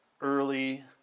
Early